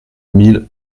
mille